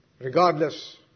Regardless